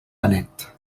benet